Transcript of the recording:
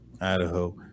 Idaho